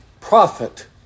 prophet